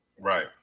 Right